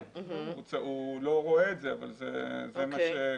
הוא לא רואה את זה, אבל זה מה שכתוב.